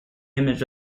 image